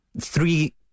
three